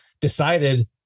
decided